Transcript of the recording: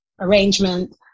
arrangement